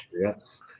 yes